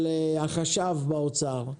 של החשב באוצר,